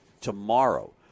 tomorrow